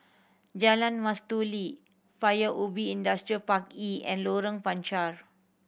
Jalan Mastuli Paya Ubi Industrial Park E and Lorong Panchar